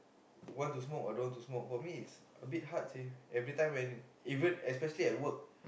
want to smoke or don't want to smoke for me is very hard say especially at work